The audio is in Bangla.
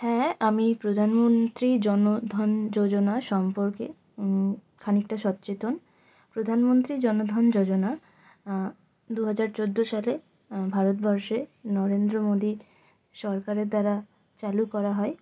হ্যাঁ আমি প্রধানমন্ত্রী জন ধন যোজনা সম্পর্কে খানিকটা সচেতন প্রধানমন্ত্রী জন ধন যোজনা দুহাজার চোদ্দো সালে ভারতবর্ষে নরেন্দ্র মোদী সরকারের দ্বারা চালু করা হয়